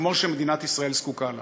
כמו שמדינת ישראל זקוקה לה.